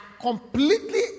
completely